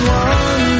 one